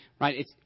right